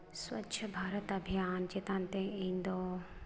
ᱥᱚᱪᱷᱚ ᱵᱷᱟᱨᱚᱛ ᱟᱵᱷᱤᱭᱟᱱ ᱪᱮᱛᱟᱱ ᱛᱮ ᱤᱧᱫᱚ